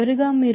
చివరగా మీరు 0